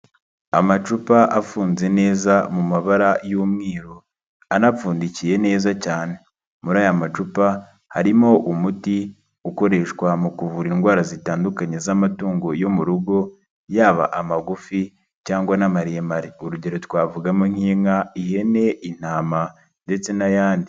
Amacupa afunze neza mu mabara y'umweru, anapfundikiye neza cyane. Muri aya macupa harimo umuti ukoreshwa mu kuvura indwara zitandukanye z'amatungo yo mu rugo, yaba amagufi cyangwa n'amaremare. Urugero twavugamo nk'inka, ihene, intama ndetse n'ayandi.